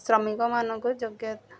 ଶ୍ରମିକମାନଙ୍କୁ ଯୋଗ୍ୟ